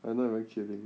I'm not even kidding